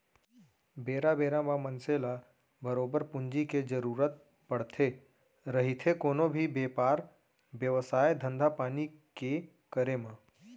बेरा बेरा म मनसे ल बरोबर पूंजी के जरुरत पड़थे रहिथे कोनो भी बेपार बेवसाय, धंधापानी के करे म